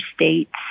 states